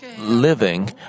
living